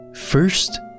First